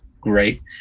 great